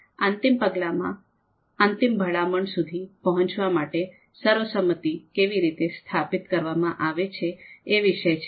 અંતિમ પગલામાં અંતિમ ભલામણ સુધી પહુંચવા માટે સર્વસંમતિ કેવી રીતે સ્થાપિત કરવામાં આવે છે એ વિશે છે